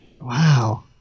Wow